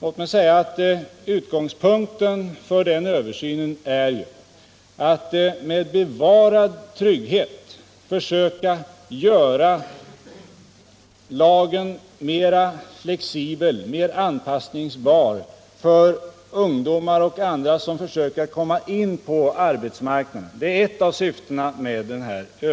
Ett av syftena med denna översyn är att med bevarad trygghet försöka göra lagen mera flexibel och anpassningsbar för ungdomar och andra som försöker att komma in på arbetsmarknaden.